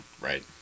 right